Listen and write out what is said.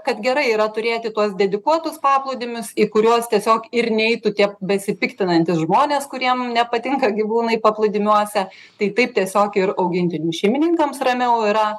kad gerai yra turėti tuos dedikuotus paplūdimius į kuriuos tiesiog ir neitų tie besipiktinantys žmonės kuriem nepatinka gyvūnai paplūdimiuose tai taip tiesiog ir augintinių šeimininkams ramiau yra